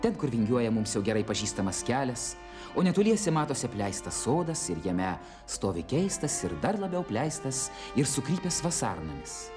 ten kur vingiuoja mums jau gerai pažįstamas kelias o netoliese matosi apleistas sodas ir jame stovi keistas ir dar labiau apleistas ir sukrypęs vasarnamis